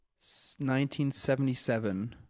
1977